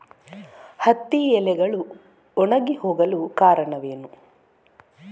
ಹತ್ತಿ ಎಲೆಗಳು ಒಣಗಿ ಹೋಗಲು ಕಾರಣವೇನು?